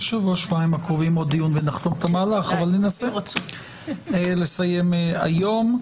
ננסה לסיים היום.